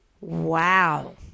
Wow